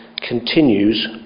continues